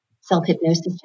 self-hypnosis